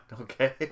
Okay